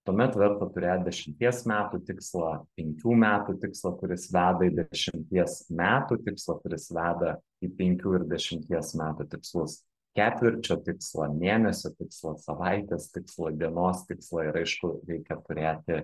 tuomet verta turėt dešimties metų tikslą penkių metų tikslą kuris veda į dešimties metų tikslą kuris veda į penkių ir dešimties metų tikslus ketvirčio tikslą mėnesio tikslą savaitės tikslą dienos tikslą ir aišku reikia turėti